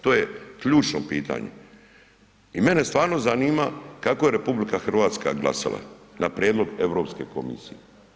To je ključno pitanje i mene stvarno zanima kako je RH glasala na prijedlog EU komisije.